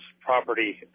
property